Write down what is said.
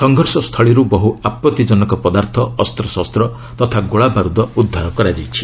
ସଂଘର୍ଷସ୍ଥଳୀରୁ ବହୁ ଆପଭିଜନକ ପଦାର୍ଥ ଅସ୍ତଶସ୍ତ ତଥା ଗୋଳାବାରୁଦ୍ଦ ଉଦ୍ଧାର କରାଯାଇଛି